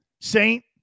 Saint